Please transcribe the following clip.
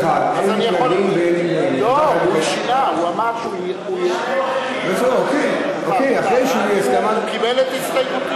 ההצעה להעביר את הצעת חוק הרשויות המקומיות